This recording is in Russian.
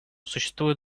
существуют